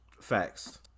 Facts